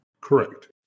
Correct